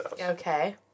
Okay